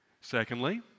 Secondly